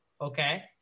okay